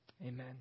amen